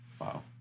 Wow